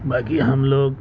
باقی ہم لوگ